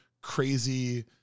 crazy